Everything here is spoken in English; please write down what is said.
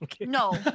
No